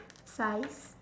size